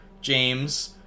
James